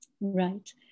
Right